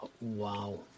Wow